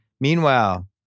Meanwhile